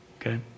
Okay